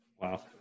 Wow